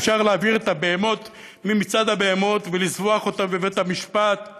אפשר להעביר את הבהמות ממצעד הבהמות ולזבוח אותן בבית-המקדש